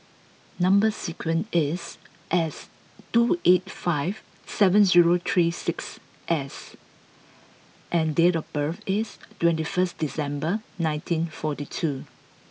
number sequence is S two eight five seven zero three six S and date of birth is twenty first December nineteen forty two